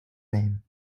name